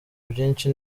byinshi